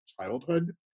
childhood